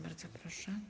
Bardzo proszę.